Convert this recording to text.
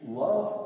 love